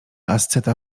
asceta